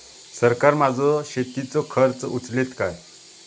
सरकार माझो शेतीचो खर्च उचलीत काय?